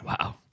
Wow